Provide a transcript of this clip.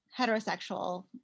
heterosexual